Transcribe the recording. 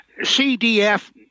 cdf